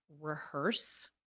rehearse